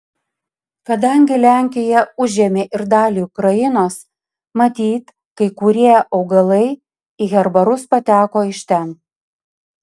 kadangi lenkija užėmė ir dalį ukrainos matyt kai kurie augalai į herbarus pateko iš ten